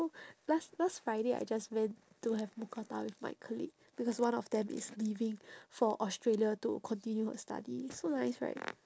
last last friday I just went to have mookata with my colleague because one of them is leaving for australia to continue her study so nice right